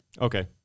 Okay